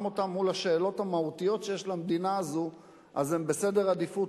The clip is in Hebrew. אותם מול השאלות המהותיות שיש למדינה הזו אז הם בסדר העדיפויות,